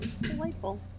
Delightful